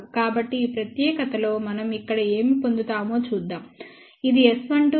కాబట్టి ఈ ప్రత్యేకతలో మనం ఇక్కడ ఏమి పొందుతామో చూద్దాం ఇది S12 ప్లాట్స్